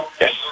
Yes